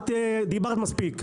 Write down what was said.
את דיברת מספיק.